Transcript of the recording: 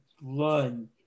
blood